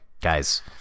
guys